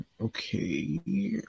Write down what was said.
okay